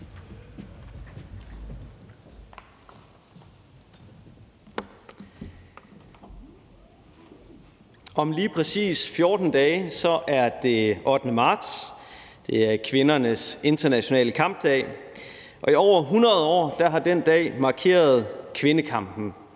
Om lige præcis 14 dage er det den 8. marts. Det er kvindernes internationale kampdag, og i over 100 år har den dag markeret kvindekampen.